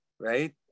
right